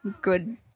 good